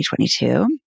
2022